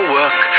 work